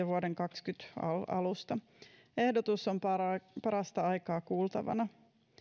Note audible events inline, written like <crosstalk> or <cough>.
<unintelligible> vuoden kaksikymmentä alusta ehdotus on parasta aikaa kuultavana